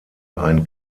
ein